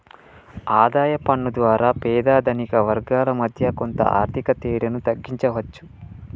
ఆదాయ పన్ను ద్వారా పేద ధనిక వర్గాల మధ్య కొంత ఆర్థిక తేడాను తగ్గించవచ్చు